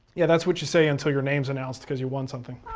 yeah, that's what you say until your name is announced because you won something.